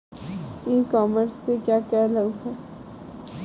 ई commerce से क्या क्या लाभ हैं?